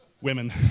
Women